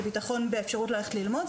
זה ביטחון באפשרות ללכת ללמוד,